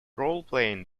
roleplaying